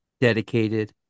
dedicated